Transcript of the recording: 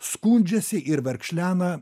skundžiasi ir verkšlena